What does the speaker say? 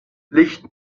licht